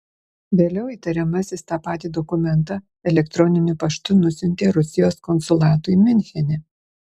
vėliau įtariamasis tą patį dokumentą elektroniniu paštu nusiuntė rusijos konsulatui miunchene